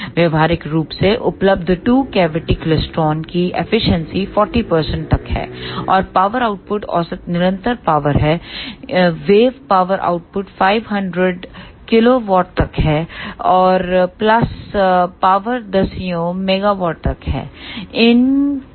व्यावहारिक रूप से उपलब्ध टू कैविटी क्लेस्ट्रॉनकी एफिशिएंसी 40 तक है और पावर आउटपुट औसत निरंतर पावर हैं वेव पावर आउटपुट 500 किलोवाट तक है और पल्स पावर दसियों मेगावाट तक है